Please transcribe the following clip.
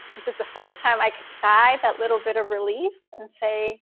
which is the first time i could sigh that little bit of relief and say,